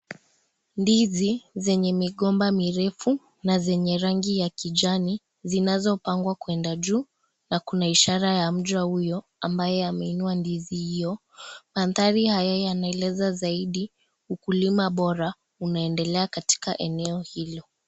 Ndizi zenye migomba mirefu na zenye rangi ya kijani, zinazopangwa kwenda juu. Na kuna ishara ya mja huyo ambaye ameinua ndizi hiyo. Mandhari haya yanaeleza zaidi ukulima bora unaendelea katika eneo hilo.